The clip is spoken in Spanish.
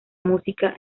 música